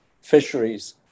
fisheries